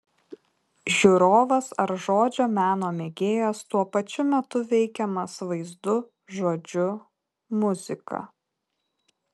žiūrovas ar žodžio meno mėgėjas tuo pačiu metu veikiamas vaizdu žodžiu muzika